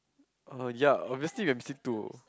uh ya obviously we are missing two